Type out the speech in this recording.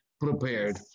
prepared